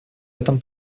этом